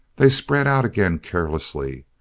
they spread out again carelessly,